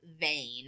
vein